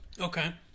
Okay